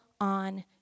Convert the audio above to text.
on